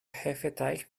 hefeteig